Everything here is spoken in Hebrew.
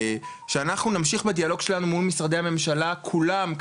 שאנחנו נמשיך בדיאלוג שלנו מול משרדי הממשלה כולם,